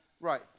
Right